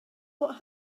what